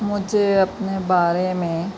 مجھے اپنے بارے میں